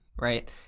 right